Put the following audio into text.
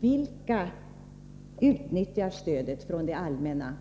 Vilka utnyttjar f. ö. stödet från det allmänna?